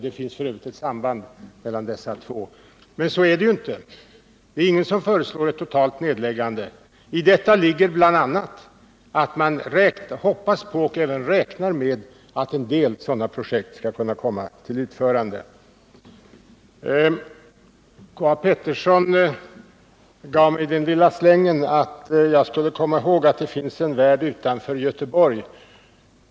Det finns f. ö. ett samband mellan dessa två parter. Men så är det ju inte. Det är ingen som föreslår ett totalt nedläggande. I detta ligger bl.a. att man direkt hoppas på och även räknar med att en del sådana projekt skall kunna komma till utförande. K.-A. Petersson gav mig den lilla slängen, att jag skulle komma ihåg att det finns en värld utanför Göteborg.